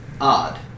odd